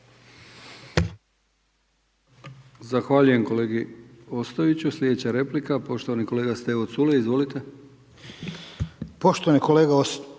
Zahvaljujem kolegi Ostojiću. Sljedeća replika poštovani kolega Stevo Culej. Izvolite.